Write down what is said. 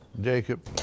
Jacob